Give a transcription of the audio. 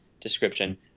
description